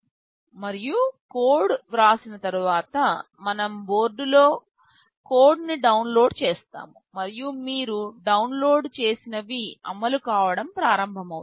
మరియు కోడ్ వ్రాసిన తరువాత మనము బోర్డులో కోడ్ను డౌన్లోడ్ చేస్తాము మరియు మీరు డౌన్లోడ్ చేసినవి అమలు కావడం ప్రారంభమవుతుంది